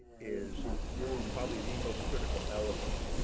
is probably the most critical element.